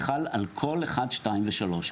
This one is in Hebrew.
חל על כל אחד, שתיים ושלוש.